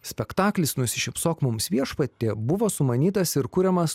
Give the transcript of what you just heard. spektaklis nusišypsok mums viešpatie buvo sumanytas ir kuriamas